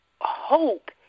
hope